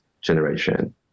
generation